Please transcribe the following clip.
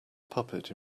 puppet